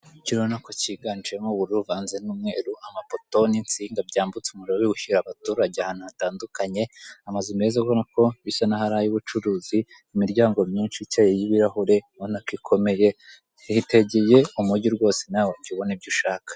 Ikirere ubona ko kiganjemo ubururu buvanze n'umweru amapoto n'insinga byambutsa umuriro biwushyira abaturage ahantu hatandukaye amazu meza ubona ko bisa nk'aho ari ay'ubucuruzi, imiryango myinshi ikeye y'ibirahure ubona ko ikomeye hitegeye umugi rwose nawe wajya ubona ibyo ushaka.